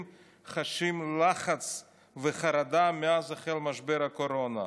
חשים לחץ וחרדה מאז החל משבר הקורונה,